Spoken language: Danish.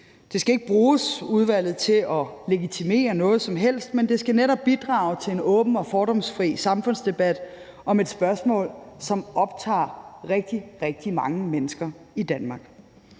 skal ikke bruges til at legitimere noget som helst, men det skal netop bidrage til en åben og fordomsfri samfundsdebat om et spørgsmål, som optager rigtig, rigtig mange mennesker i Danmark.